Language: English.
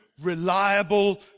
reliable